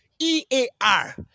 E-A-R